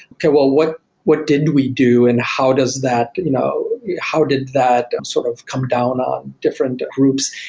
okay well what what did we do and how does that you know how did that sort of come down on different groups.